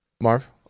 Marv